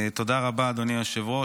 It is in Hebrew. תודה רבה, אדוני היושב-ראש.